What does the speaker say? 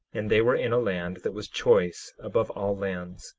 and they were in a land that was choice above all lands,